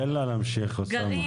תן לה להמשיך, אוסאמה.